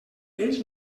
ells